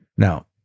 Now